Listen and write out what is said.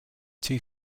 two